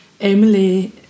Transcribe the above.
Emily